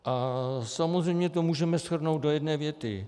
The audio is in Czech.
A samozřejmě to můžeme shrnout do jedné věty.